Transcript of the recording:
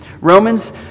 Romans